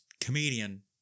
Comedian